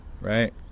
right